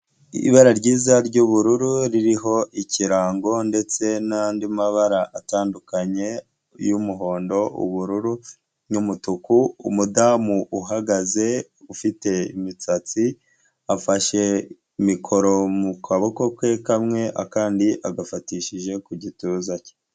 Ibara ryiza ry'ubururu ririho ikirango ndetse n'andi mabara atandukanye y'umuhondo, ubururu n'umutuku, umudamu uhagaze ufite imisatsi afashe mikoro mu kaboko ke kamwe akandi agafatishije ku gituza cye.